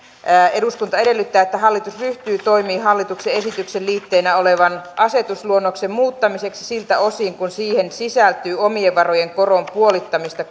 eduskunta edellyttää että hallitus ryhtyy toimiin hallituksen esityksen liitteenä olevan asetusluonnoksen muuttamiseksi siltä osin kuin siihen sisältyy omien varojen koron puolittamista